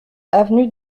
avenue